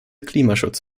klimaschutz